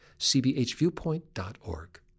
cbhviewpoint.org